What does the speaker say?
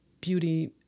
beauty